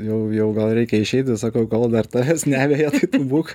jau jau gal reikia išeiti sakau kol dar tavęs neveja tai tu būk